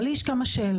אבל יש לי כמה שאלות.